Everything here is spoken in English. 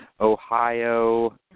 Ohio